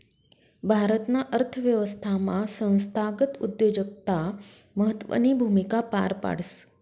भारताना अर्थव्यवस्थामा संस्थागत उद्योजकता महत्वनी भूमिका पार पाडस